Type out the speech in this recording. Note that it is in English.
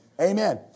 Amen